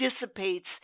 dissipates